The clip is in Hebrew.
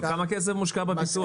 אבל כמה כסף מושקע בפיתוח?